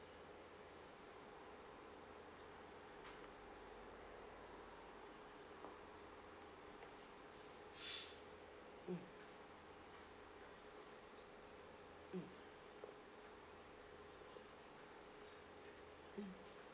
mm mm mm